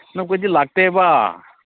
ꯏꯅꯥꯎꯈꯣꯏꯗꯤ ꯂꯥꯛꯇꯦꯕ